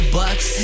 bucks